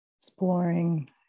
exploring